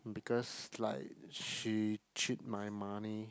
because like she cheat my money